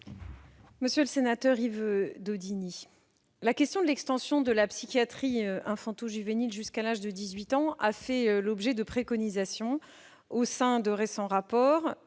Monsieur le sénateur, la question de l'extension de la psychiatrie infanto-juvénile jusqu'à l'âge de 18 ans a fait l'objet de préconisations dans le cadre de récents rapports-